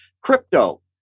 Crypto